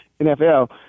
NFL